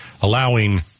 allowing